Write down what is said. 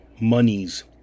monies